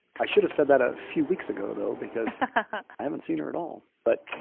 i should have said that a few weeks ago, though, because i haven't seen her at all. but